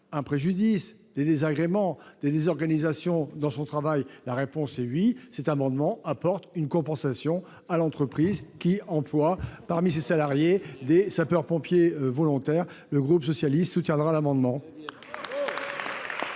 un préjudice, des désagréments, une désorganisation de son travail ? La réponse est oui. Cet amendement vise donc à apporter une compensation à l'entreprise qui emploie, parmi ses salariés, des sapeurs-pompiers volontaires. Le groupe socialiste et républicain le